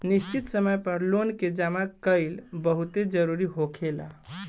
निश्चित समय पर लोन के जामा कईल बहुते जरूरी होखेला